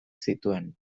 zituen